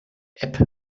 app